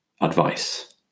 Advice